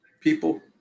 people